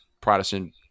Protestant